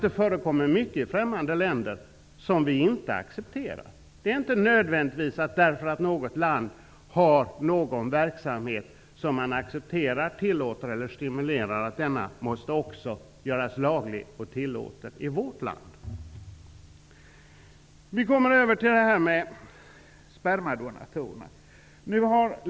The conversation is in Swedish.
Det förekommer mycket i främmande länder som vi inte accepterar. Det är inte nödvändigt att på grund av att något land har någon verksamhet som man där accepterar, tillåta eller stimulera att denna också måste göras laglig och tillåten i vårt land. Jag går nu över till frågan om spermadonatorer.